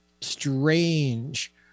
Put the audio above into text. strange